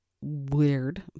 weird